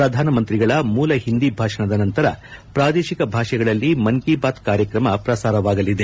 ಪ್ರಧಾನಮಂತ್ರಿಗಳ ಮೂಲ ಒಂದಿ ಭಾಷಣದ ನಂತರ ಪ್ರಾದೇಶಿಕ ಭಾಷೆಗಳಲ್ಲಿ ಮನ್ ಕಿ ಬಾತ್ ಕಾರ್ಯಕ್ರಮ ಪ್ರಸಾರವಾಗಲಿದೆ